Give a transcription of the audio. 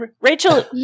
Rachel